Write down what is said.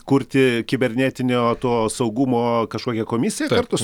kurti kibernetinio to saugumo kažkokią komisiją kartu su